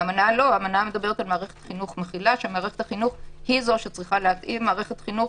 האמנה מדברת על מערכת חינוך היא זו שצריכה - מערכת חינוך